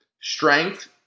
strength